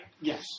Yes